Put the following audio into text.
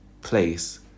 place